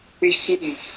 receive